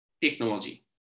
technology